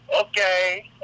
okay